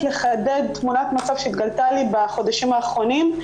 לחדד תמונת מצב שהתגלתה לי בחודשים האחרונים.